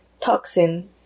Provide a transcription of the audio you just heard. Toxin